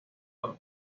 los